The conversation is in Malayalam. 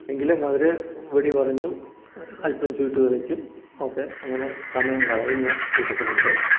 എങ്കിലും അവര് വെടി പറഞ്ഞും അല്പം ചീട്ട് കളിച്ചും ഒക്കെ അങ്ങനെ സമയം കളയുന്ന കൂട്ടത്തിലുണ്ട്